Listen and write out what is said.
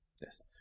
yes